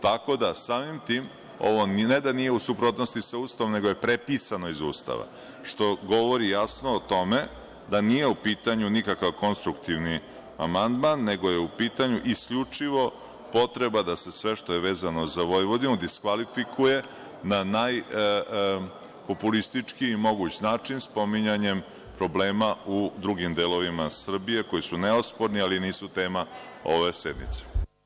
Tako da, samim tim, ovo ne da nije u suprotnosti sa Ustavom, nego je prepisano iz Ustava, što govori jasno o tome da nije u pitanju nikakav konstruktivni amandman, nego je u pitanju isključivo potreba da se sve što je vezano za Vojvodinu, diskvalifikuje na najpopulističkiji moguć spominjanjem problema u drugim delovima Srbije, koji su neosporni ali nisu tema ove sednice.